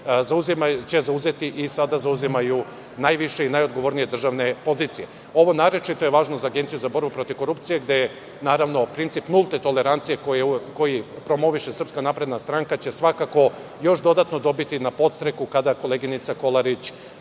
će zauzimati i sada zauzimaju najviše i najodgovornije državne pozicije. Ovo je naročito važno za Agenciju za borbu protiv korupcije, gde će princip nulte tolerancije, koju promoviše SNS, svakako još dodatno dobiti na podstreku kada koleginica Kolarić